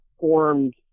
formed